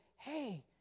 hey